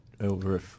Over